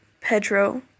Pedro